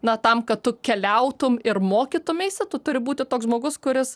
na tam kad tu keliautum ir mokytumeisi tu turi būti toks žmogus kuris